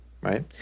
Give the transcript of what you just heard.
right